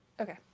Okay